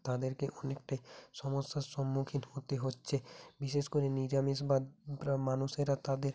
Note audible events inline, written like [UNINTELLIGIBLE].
তাদেরকে অনেকটাই সমস্যার সম্মুখীন হতে হচ্ছে বিশেষ করে নিরামিষ বা [UNINTELLIGIBLE] মানুষেরা তাদের